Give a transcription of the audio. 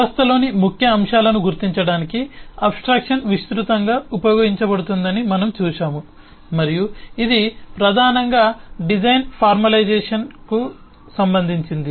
వ్యవస్థలోని ముఖ్య అంశాలను గుర్తించడానికి అబ్ స్ట్రాక్షన్ విస్తృతంగా ఉపయోగించబడుతుందని మనం చూశాము మరియు ఇది ప్రధానంగా డిజైన్ ఫార్మలైజేషన్కు సంబంధించినది